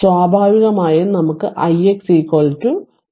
സ്വാഭാവികമായും നമുക്ക് ix vx 15 എടുക്കാം